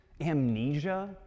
amnesia